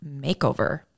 makeover